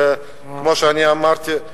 וכמו שאני אמרתי,